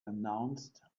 announced